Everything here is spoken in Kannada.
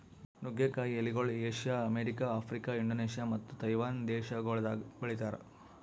ನುಗ್ಗೆ ಕಾಯಿ ಎಲಿಗೊಳ್ ಏಷ್ಯಾ, ಅಮೆರಿಕ, ಆಫ್ರಿಕಾ, ಇಂಡೋನೇಷ್ಯಾ ಮತ್ತ ತೈವಾನ್ ದೇಶಗೊಳ್ದಾಗ್ ಬೆಳಿತಾರ್